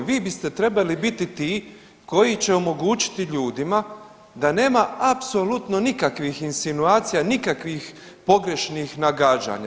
Vi biste trebali biti ti koji će omogućiti ljudima da nema apsolutno nikakvih insinuacija i nikakvih pogrešnih nagađanja.